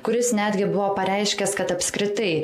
kuris netgi buvo pareiškęs kad apskritai